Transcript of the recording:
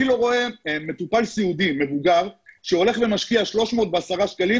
אני לא רואה מטופל סיעודי מבוגר שהולך ומשקיע 310 שקלים,